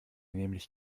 nämlich